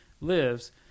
lives